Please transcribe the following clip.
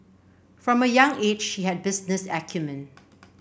from a young age she had business acumen